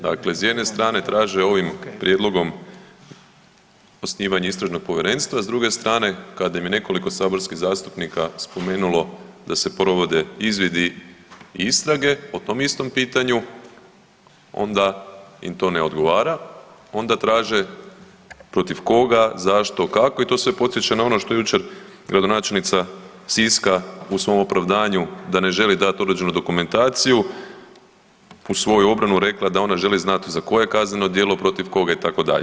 Dakle, s jedne strane traže ovim prijedlogom osnivanje istražnog povjerenstva, s druge strane kad im je nekoliko saborskih zastupnika spomenulo da se provode izvidi i istrage po tom istom pitanju onda im to ne odgovara, onda traže protiv koga, zašto, kako i to sve podsjeća na ono što je jučer gradonačelnica Siska u svom opravdanju da ne želi dati određenu dokumentaciju u svoju obranu rekla da ona želi znati za koje kazneno djelo, protiv koga itd.